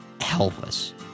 helpless